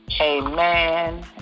Amen